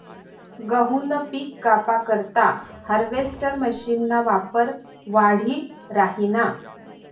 गहूनं पिक कापा करता हार्वेस्टर मशीनना वापर वाढी राहिना